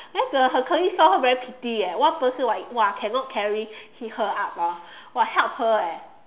then her her colleague saw her very pity eh one person !wah! cannot carry her up hor !wah! help her eh